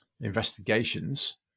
investigations